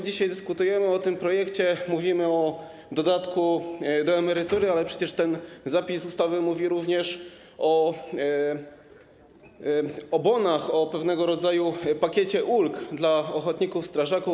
Dzisiaj dyskutujemy o tym projekcie, mówimy o dodatku do emerytury, ale przecież ten zapis ustawy mówi również o bonach, o pewnego rodzaju pakiecie ulg dla ochotników strażaków.